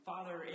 Father